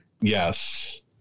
Yes